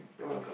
you're welcome